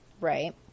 right